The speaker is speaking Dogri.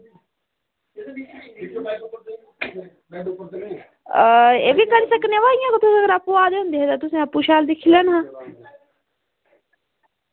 एह्बी करी लैंदे पर अगर तुस आपूं आए दे तां तुसें आपूं करी लैना आं